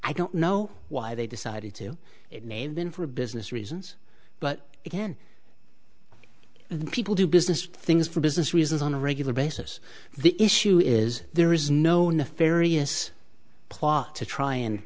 i don't know why they decided to it may have been for business reasons but again the people do business things for business reasons on a regular basis the issue is there is no nefarious plot to try and